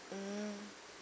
mm